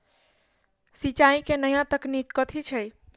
सिंचाई केँ नया तकनीक कथी छै?